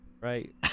right